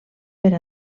per